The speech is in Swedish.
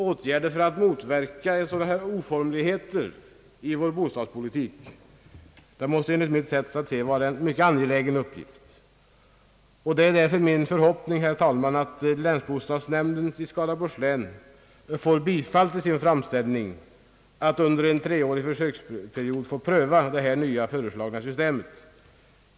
Åtgärder för att motverka sådana oformligheter i vår bostadspolitik måste enligt mitt sätt att se vara mycket angelägna. Det är därför min förhoppning, herr talman, att länsbostadsnämnden i Skaraborgs län får bifall på sin framställning att under en treårsperiod kunna pröva det nya föreslagna systemet.